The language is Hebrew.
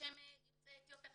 יוצאי אתיופיה,